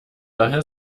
daher